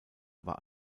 war